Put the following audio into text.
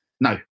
No